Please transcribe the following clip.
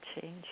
change